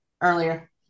earlier